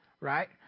right